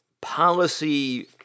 policy